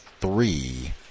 three